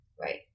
Right